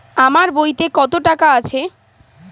আমার বইতে কত টাকা আছে?